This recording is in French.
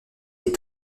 est